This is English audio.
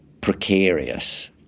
precarious